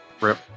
Rip